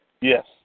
Yes